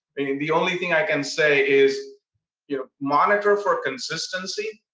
i mean the only thing i can say is you know monitor for consistency.